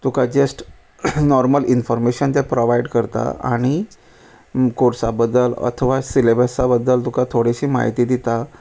तुका just normal information ते provide करता आनी कोर्सा बद्दल अथवा सिलेबसा बद्दल तुका थोडिशी म्हायती दिता